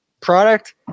product